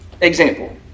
example